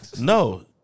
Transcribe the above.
No